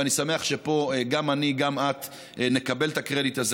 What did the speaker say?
ואני שמח שפה גם אני וגם את נקבל את הקרדיט הזה.